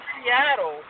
Seattle